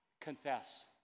confess